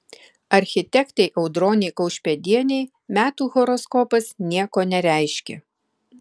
architektei audronei kaušpėdienei metų horoskopas nieko nereiškia